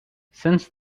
since